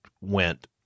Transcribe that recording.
went